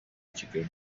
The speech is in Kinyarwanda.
kigeme